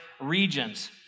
regions